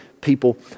people